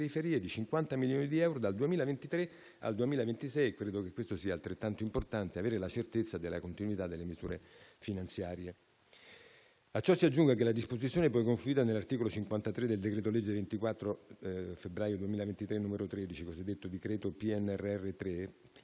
di 50 milioni di euro dal 2023 al 2026. Credo che questo sia altrettanto importante per avere la certezza della continuità delle misure finanziarie. A ciò si aggiunga che la disposizione poi confluita nell'articolo 53 del decreto-legge 24 febbraio 2023, n. 13, cosiddetto decreto PNRR 3,